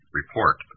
report